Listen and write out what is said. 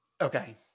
Okay